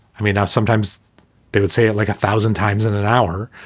i mean, sometimes they would say it like a thousand times in an hour.